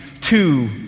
two